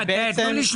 זה בעצם מייצר